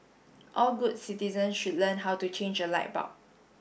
all good citizen should learn how to change a light bulb